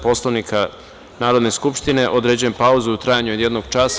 Poslovnika Narodne skupštine, određujem pauzu u trajanju od jednog časa.